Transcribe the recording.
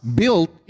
built